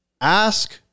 Ask